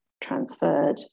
transferred